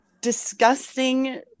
disgusting